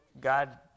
God